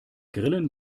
grillen